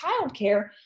childcare